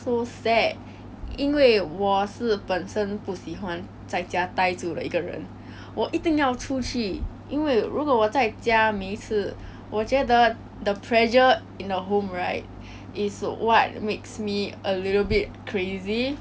and 因为你知道 todds lor todds 是我的男朋友我刚刚 got together with him cannot meet leh but 这个这个事件我觉得我不可以 complain 因为是 our own challenge to face